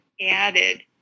added